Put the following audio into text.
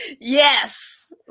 Yes